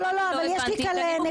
לא, לא, לא, אבל יש לי כאן נקודה.